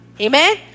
Amen